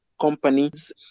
companies